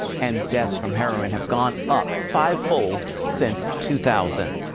and deaths from heroin have gone up five-fold since two thousand.